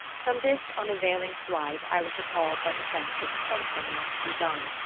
from this unavailing flight i was recalled by the sense that something must be done.